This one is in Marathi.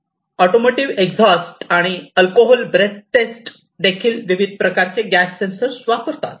ऑटोमोटिव इछास्टस आणि अल्कोहोल ब्रेथ टेस्ट देखील विविध प्रकारचे गॅस सेन्सर वापरतात